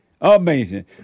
Amazing